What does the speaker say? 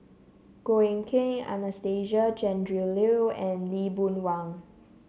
Goh Eck Kheng Anastasia Tjendri Liew and Lee Boon Wang